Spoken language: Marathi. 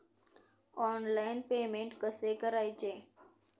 ऑनलाइन पेमेंट कसे करायचे?